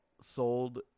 sold